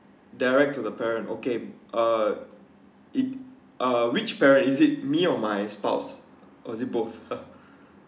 direct to the parent okay uh it uh which parent is it me or my spouse or is it both